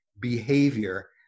behavior